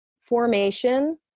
formation